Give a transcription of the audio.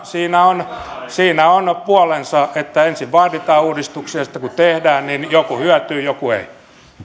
siinä on siinä on puolensa ensin vaaditaan uudistuksia ja sitten kun tehdään niin joku hyötyy joku ei